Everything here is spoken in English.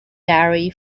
dairy